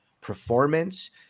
performance